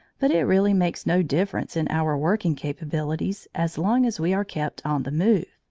but it really makes no difference in our working capabilities as long as we are kept on the move.